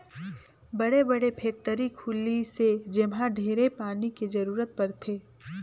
बड़े बड़े फेकटरी खुली से जेम्हा ढेरे पानी के जरूरत परथे